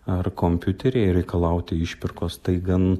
ar kompiuteryje reikalauti išpirkos tai gan